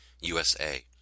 USA